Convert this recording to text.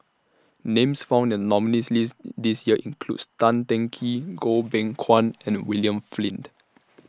Names found in The nominees' list This Year includes Tan Teng Kee Goh Beng Kwan and William Flint